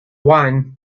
wine